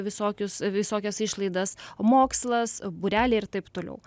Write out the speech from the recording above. visokius visokias išlaidas mokslas būreliai ir taip toliau